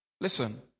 Listen